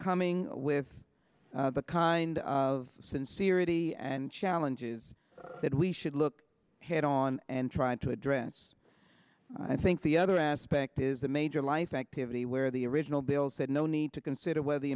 coming with the kind of sincerely and challenges that we should look ahead on and trying to address i think the other aspect is the major life activity where the original bill said no need to consider whether the